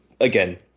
again